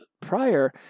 prior